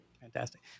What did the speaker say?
Fantastic